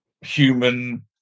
human